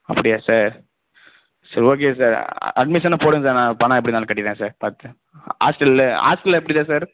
அப்படியா சார் சரி okay sir அட்மிஷனை போடுங்கள் சார் நான் பணம் எப்படி இருந்தாலும் கட்டிறேன் சார் பார்த்து ஹா ஹாஸ்டல்லு ஹாஸ்டல்லாம் எப்படி தான் சார்